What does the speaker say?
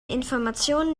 informationen